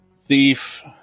thief